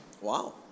Wow